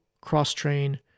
cross-train